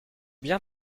bien